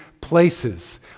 places